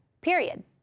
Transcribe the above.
period